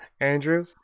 andrew